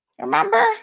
Remember